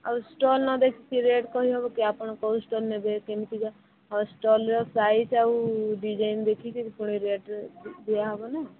ଆଉ ଷ୍ଟଲ୍ ନ ଦେଖିକି ରେଟ୍ କହି ହବକି ଆପଣ କେଉଁ ଷ୍ଟଲ୍ ନେବେ କେମିତିକା ଷ୍ଟଲ୍ର ସାଇଜ୍ ଆଉ ଡିଜାଇନ୍ ଦେଖିକି ପୁଣି ରେଟ୍ ଦିଆ ହେବନା